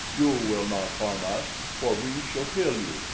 you will not harm us, for we shall kill you.